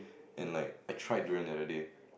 and like I tried durian the other day